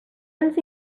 ens